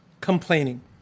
Complaining